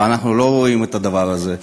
ואנחנו לא רואים את הדבר הזה.